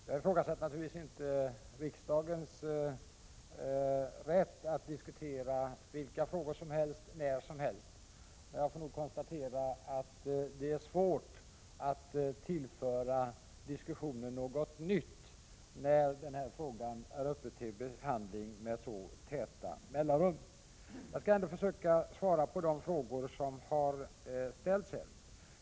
Jag ifrågasätter naturligtvis inte riksdagens rätt att diskutera vilka frågor som helst när som helst, men jag konstaterar att det är svårt att tillföra diskussionen något nytt när denna fråga är uppe till behandling med så korta mellanrum. Jag skall ändå försöka svara på de frågor som har ställts.